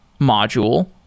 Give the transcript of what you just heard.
module